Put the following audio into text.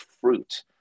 fruit